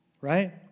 right